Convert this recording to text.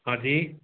हाँ जी